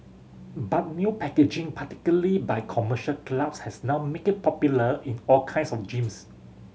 but new packaging particularly by commercial clubs has now make it popular in all kinds of gyms